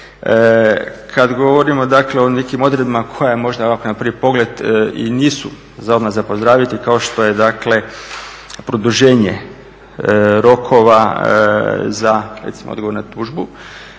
Kad govorimo dakle o nekim odredbama koje možda ovako na prvi pogled i nisu odmah za pozdraviti, kao što je dakle produženje rokova za recimo odgovor na tužbu,